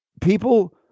people